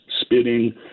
spitting